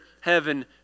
heaven